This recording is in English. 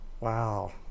Wow